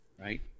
right